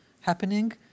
happening